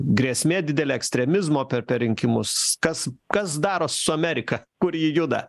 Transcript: grėsmė didelė ekstremizmo per rinkimus kas kas daros su amerika kur ji juda